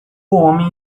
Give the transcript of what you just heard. homem